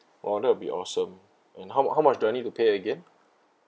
oh that'll be awesome and how how much do I need to pay again